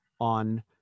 on